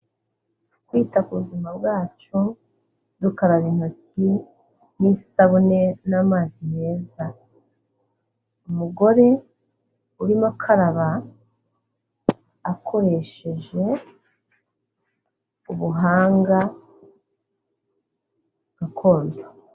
Kwita ku buzima bwacu dukaraba intoki n'isabune n'amazi meza. Umugore urimo akaraba, akoresheje ubuhanga gakondo.